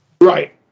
right